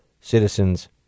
citizen's